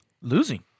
Losing